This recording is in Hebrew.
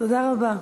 תודה רבה.